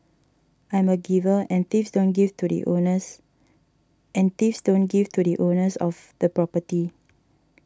I'm a giver and thieves don't give to the owners and thieves don't give to the owners of the property